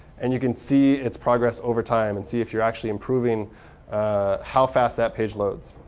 and you can see its progress over time, and see if you're actually improving how fast that page loads.